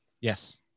Yes